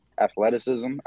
athleticism